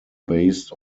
based